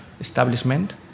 establishment